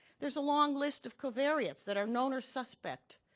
there's a long list of covariates that are known or suspect,